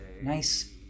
nice